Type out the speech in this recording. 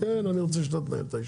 כן, אני רוצה שאתה תנהל את הישיבה,